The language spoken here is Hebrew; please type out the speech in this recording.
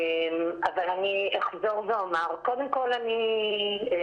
אבל אני אחזור ואומר שקודם כול שמעתי,